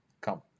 Come